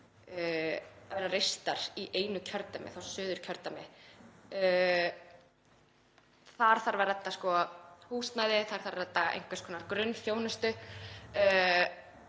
reistar í einu kjördæmi, Suðurkjördæmi. Þar þarf að redda húsnæði, þar þarf að redda einhvers konar grunnþjónustu.